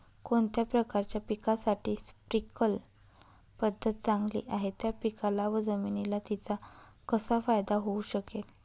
कोणत्या प्रकारच्या पिकासाठी स्प्रिंकल पद्धत चांगली आहे? त्या पिकाला व जमिनीला तिचा कसा फायदा होऊ शकेल?